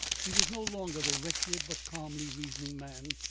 he was no longer the wretched but calmly reasoning man,